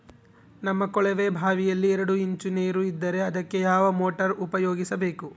ನಮ್ಮ ಕೊಳವೆಬಾವಿಯಲ್ಲಿ ಎರಡು ಇಂಚು ನೇರು ಇದ್ದರೆ ಅದಕ್ಕೆ ಯಾವ ಮೋಟಾರ್ ಉಪಯೋಗಿಸಬೇಕು?